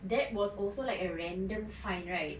that was also like a random find right